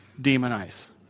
demonize